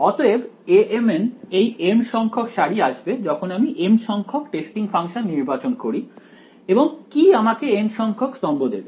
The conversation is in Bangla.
অতএব Amn এই m সংখ্যক সারি আসবে যখন আমি m সংখ্যক টেস্টিং ফাংশন নির্বাচন করি এবং কি আমাকে n সংখ্যক স্তম্ভ দেবে